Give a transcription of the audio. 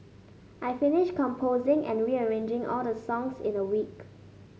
I finished composing and rearranging all the songs in a week